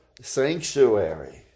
sanctuary